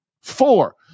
Four